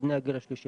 בבני הגיל השלישי,